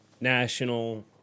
National